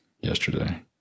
yesterday